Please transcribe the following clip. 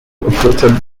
operated